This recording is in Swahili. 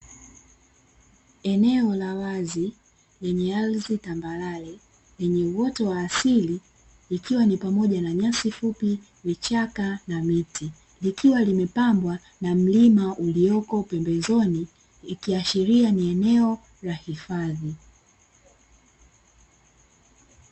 Eneo la wazi lenye ardhi tambarare lenye uoto wa asili. Ikiwa ni pamoja na nyasi fupi, vichaka na miti. Likiwa limepambwa na mlima uliopo pembezoni, ikiashiria ni eneo la hifadhi.